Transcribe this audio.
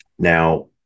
Now